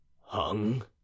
Hung